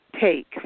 take